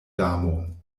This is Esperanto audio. damo